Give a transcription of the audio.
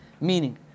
Meaning